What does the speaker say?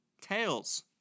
Tails